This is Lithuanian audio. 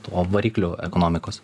to varikliu ekonomikos